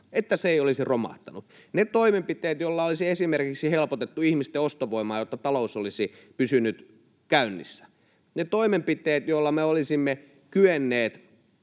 että se ei olisi romahtanut; ne toimenpiteet, joilla olisi esimerkiksi helpotettu ihmisten ostovoimaa, jotta talous olisi pysynyt käynnissä; ne toimenpiteet, joilla me olisimme kyenneet